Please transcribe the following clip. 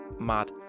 mad